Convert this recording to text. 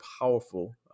powerful